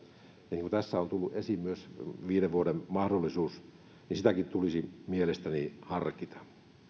ja kun tässä on tullut esiin myös viiden vuoden mahdollisuus sitäkin tulisi mielestäni harkita